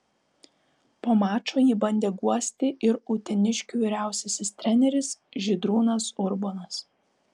po mačo jį bandė guosti ir uteniškių vyriausiasis treneris žydrūnas urbonas